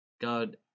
god